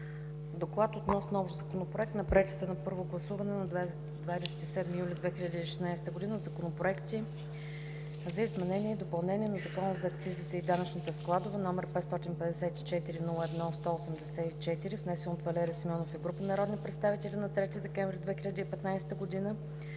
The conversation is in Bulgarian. Доклад относно Общ законопроект на приетите на първо гласуване на 27 юли 2016 г. законопроекти за изменение и допълнение на Закона за акцизите и данъчните складове, № 554-01-184, внесен от Валери Симеонов и група народни представители на 3 декември 2015 г.;